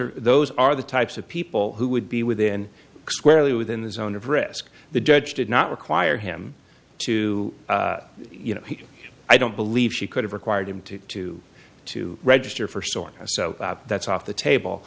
are those are the types of people who would be within squarely within the zone of risk the judge did not require him to you know i don't believe she could have required him to to to register for so on so that's off the table